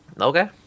Okay